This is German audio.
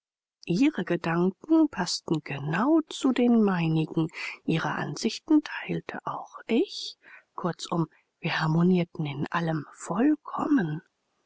ihre gedanken paßten genau zu den meinigen ihre ansichten teilte auch ich kurzum wir harmonierten in allem vollkommen